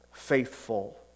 faithful